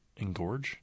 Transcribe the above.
engorge